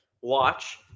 watch